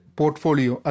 portfolio